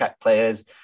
players